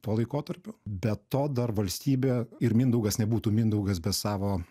tuo laikotarpiu be to dar valstybė ir mindaugas nebūtų mindaugas be savo